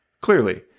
Clearly